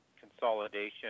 consolidation